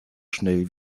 schnell